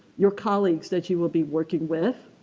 your colleagues that you will be working with,